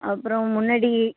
அப்பறம் முன்னாடி